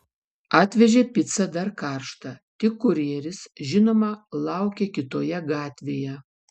atvežė picą dar karštą tik kurjeris žinoma laukė kitoje gatvėje